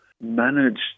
managed